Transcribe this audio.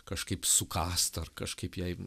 kažkaip sukąst ar kažkaip jai